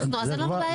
אז אין לנו בעיה עם זה.